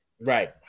Right